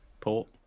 port